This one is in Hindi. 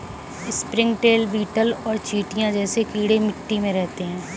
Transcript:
स्प्रिंगटेल, बीटल और चींटियां जैसे कीड़े मिट्टी में रहते हैं